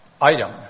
item